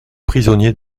prisonniers